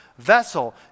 Vessel